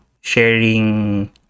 sharing